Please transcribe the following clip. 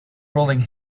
rolling